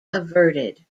averted